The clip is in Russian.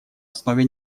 основе